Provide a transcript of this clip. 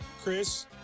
Chris